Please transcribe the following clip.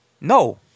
No